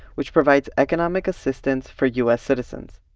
which provides economic assistance for u s. citizens.